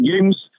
games